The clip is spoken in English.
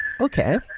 Okay